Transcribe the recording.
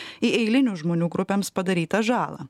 į eilinių žmonių grupėms padarytą žalą